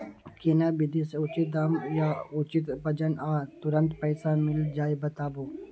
केना विधी से उचित दाम आ उचित वजन आ तुरंत पैसा मिल जाय बताबू?